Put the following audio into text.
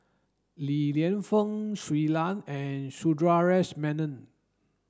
Li Lienfung Shui Lan and Sundaresh Menon